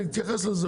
נתייחס לזה.